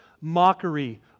mockery